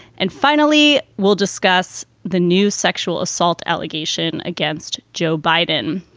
and finally, we'll discuss the new sexual assault allegation against joe biden.